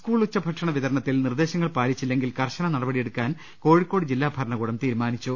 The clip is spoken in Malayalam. സ്കൂൾ ഉച്ചഭക്ഷണ വിതരണത്തിൽ നിർദേശങ്ങൾ പാലിച്ചില്ലെ ങ്കിൽ കർശന നടപടിയെടുക്കാൻ കോഴിക്കോട് ജില്ലാ ഭരണകൂടം തീരുമാനിച്ചു